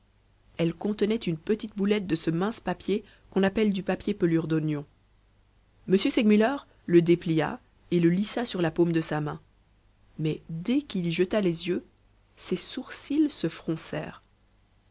elle contenait une petite boulette de ce mince papier qu'on appelle du papier pelure d'oignon m segmuller le déplia et le lissa sur la paume de sa main mais dès qu'il y jeta les yeux ses sourcils se froncèrent